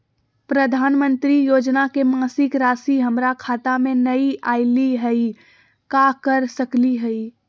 प्रधानमंत्री योजना के मासिक रासि हमरा खाता में नई आइलई हई, का कर सकली हई?